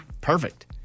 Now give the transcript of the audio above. perfect